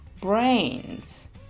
brains